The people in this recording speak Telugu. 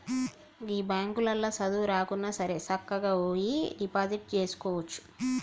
గీ బాంకులల్ల సదువు రాకున్నాసరే సక్కగవోయి డిపాజిట్ జేసుకోవచ్చు